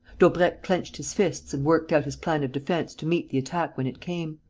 daubrecq clenched his fists and worked out his plan of defence to meet the attack when it came.